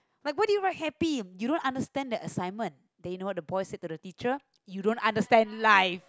like why did you write happy you don't understand the assignment then you know what the boy said to the teacher you don't understand life